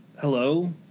Hello